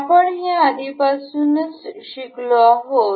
आपण हे आधीपासूनच शिकलो आहोत